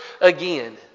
again